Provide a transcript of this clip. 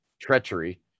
treachery